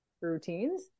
routines